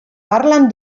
parlen